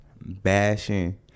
bashing